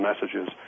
messages